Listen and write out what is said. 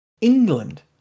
England